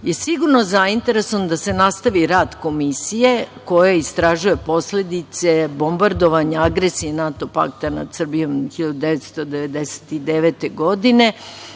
je sigurno zainteresovan da se nastavi rad Komisije koja istražuje posledice bombardovanja, agresije NATO pakta nad Srbijom 1999. godine,